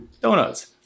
donuts